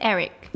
Eric